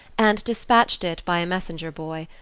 and despatched it by a messenger-boy,